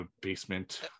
basement